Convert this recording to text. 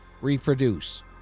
reproduce